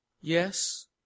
Yes